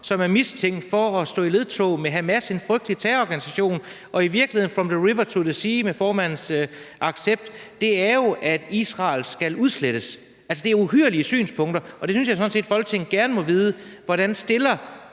som er mistænkt for at stå i ledtog med Hamas, en frygtelig terrororganisation, og i virkeligheden er det med from the river to the sea, med formandens accept, jo, at Israel skal udslettes. Altså, det er uhyrlige synspunkter, og det synes jeg sådan set Folketinget gerne må vide. Hvordan stiller